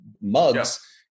mugs